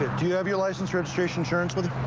do you have your license, registration, insurance with